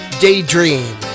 Daydream